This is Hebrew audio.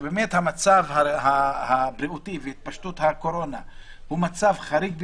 שבאמת המצב הבריאותי והתפשטות הקורונה הוא מצב חריג ביותר.